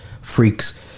Freaks